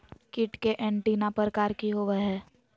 कीट के एंटीना प्रकार कि होवय हैय?